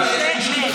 אדוני השר, יש לנו שמש.